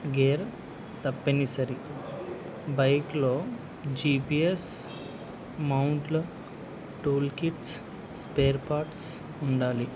gear తప్పినిసరి బైక్లో GPS మౌంట్ల టూల్ కిట్స్ స్పేర్ పార్ట్స్ ఉండాలి